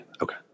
Okay